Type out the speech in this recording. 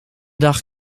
dag